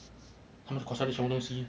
他们 consolidate 全部东西